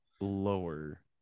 lower